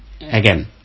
again